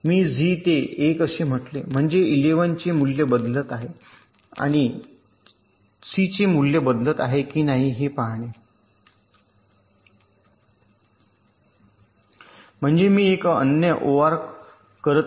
मी झी ते १ असे म्हटले म्हणजे मी इलेव्ह चे मूल्य बदलत आहे आणि आहे c चे मूल्य बदलत आहे की नाही हे पाहणे म्हणजे मी एक अनन्य ओआर करत आहे